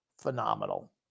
phenomenal